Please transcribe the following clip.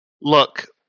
Look